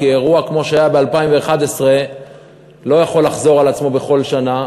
כי אירוע כמו שהיה ב-2011 לא יכול לחזור על עצמו בכל שנה,